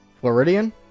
Floridian